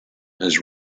has